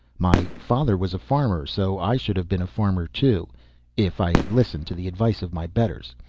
my father was a farmer, so i should have been a farmer too if i had listened to the advice of my betters.